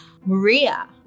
Maria